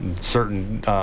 certain –